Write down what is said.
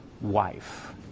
wife